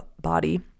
body